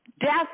death